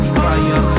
fire